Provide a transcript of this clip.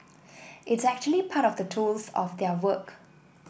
it's actually part of the tools of their work